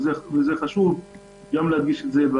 זה חשוב גם להדגיש את זה.